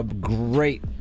great